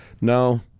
No